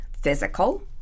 physical